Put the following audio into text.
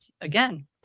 again